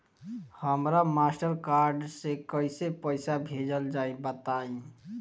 हमरा master card से कइसे पईसा भेजल जाई बताई?